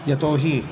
यतोहि